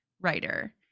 writer